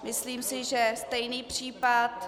Myslím si, že stejný případ...